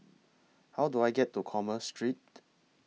How Do I get to Commerce Street